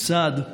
לצד זה